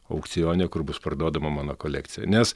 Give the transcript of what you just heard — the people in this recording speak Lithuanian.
aukcione kur bus parduodama mano kolekcija nes